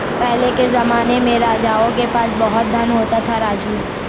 पहले के जमाने में राजाओं के पास बहुत धन होता था, राजू